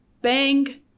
bang